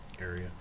area